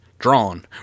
drawn